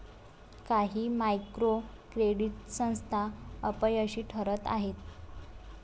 काही micro credit संस्था अपयशी ठरत आहेत